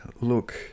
look